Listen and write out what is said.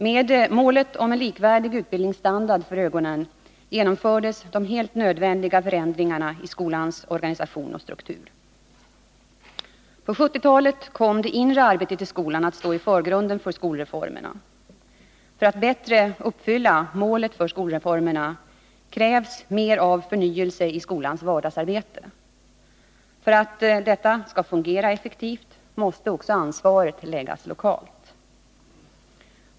Med målet om likvärdig utbildningsstandard för ögonen genomfördes de helt nödvändiga förändringarna i skolans organisation och struktur. På 1970-talet kom det inre arbetet i skolan att stå i förgrunden för skolreformerna. För att bättre uppfylla målet för skolreformerna krävs mer av förnyelse i skolans vardagsarbete. För att detta skall fungera effektivt måste också ansvaret läggas lokalt.